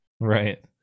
right